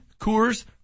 Coors